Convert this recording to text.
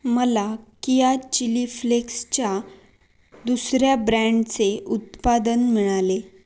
मला किया चिली फ्लेक्सच्या दुसऱ्या ब्रँडचे उत्पादन मिळाले